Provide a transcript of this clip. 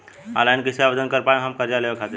Online कइसे आवेदन कर पाएम हम कर्जा लेवे खातिर?